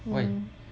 hm